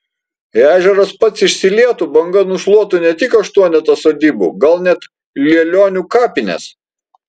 jei ežeras pats išsilietų banga nušluotų ne tik aštuonetą sodybų gal net lielionių kapines